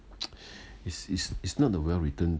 is is is not a well written